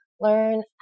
learn